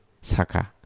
saka